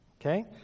Okay